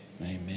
Amen